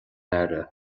aire